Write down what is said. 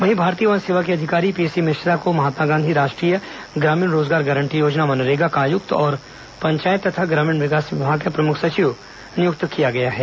वहीं भारतीय वन सेवा के अधिकारी पीसी मिश्रा को महात्मा गांधी राष्ट्रीय ग्रामीण रोजगार गारंटी योजना मनरेगा का आयुक्त और पंचायत तथा ग्रामीण विकास विभाग का प्रमुख सचिव नियुक्त किया गया है